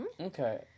Okay